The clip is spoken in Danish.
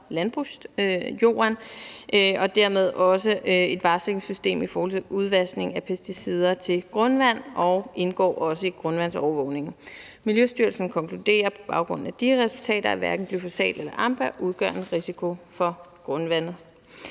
landbrugsjorden og dermed også er et varslingssystem i forhold til den udvaskning af pesticider til grundvand, og som også indgår i grundvandsovervågningen. Miljøstyrelsen konkluderer på baggrund af de resultater, at hverken glyfosat eller AMPA udgør en risiko for grundvandet.